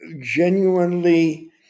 genuinely